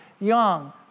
young